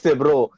bro